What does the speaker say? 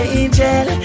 angel